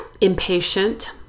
impatient